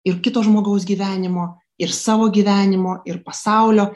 ir kito žmogaus gyvenimo ir savo gyvenimo ir pasaulio